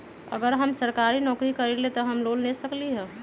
अगर हम सरकारी नौकरी करईले त हम लोन ले सकेली की न?